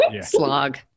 slog